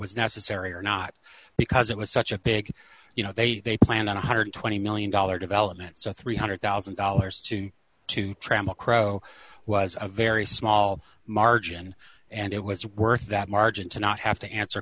was necessary or not because it was such a big you know they plan on one hundred and twenty million dollars development so three hundred thousand dollars to two dollars tram a crow was a very small margin and it was worth that margin to not have to answer